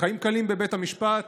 חיים קלים בבית המשפט.